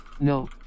No